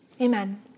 Amen